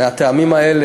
מהטעמים האלה,